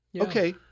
Okay